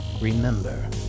remember